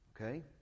okay